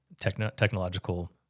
technological